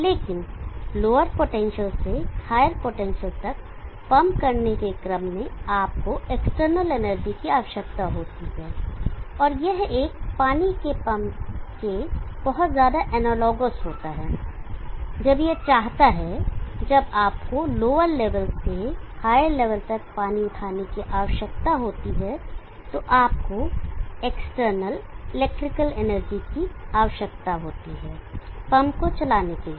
लेकिन lower potential से higher potential तक पंप करने के क्रम में आपको एक्सटर्नल एनर्जी की आवश्यकता होती है और यह एक पानी के पंप के बहुत ज्यादा एनालॉगस होता है जब यह चाहता है जब आपको लोअर लेवल से हायर लेवल तक पानी उठाने की आवश्यकता होती है तो आपको एक्सटर्नल इलेक्ट्रिकल एनर्जी की आवश्यकता होती है पंप चलाने के लिए